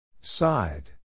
side